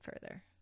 further